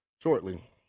shortly